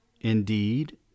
indeed